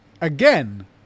again